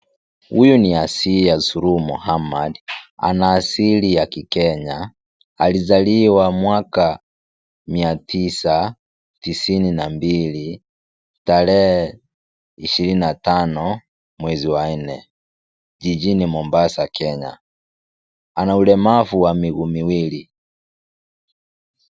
Huyu ni Asiya Sururu Mohammed ana asili ya kikenya, alizaliwa mwaka mia tisa tisini na mbili, tarehe ishirini na tano mwezi wa nne, jijini Mombasa Kenya, ana ulemavu wa miguu miwili.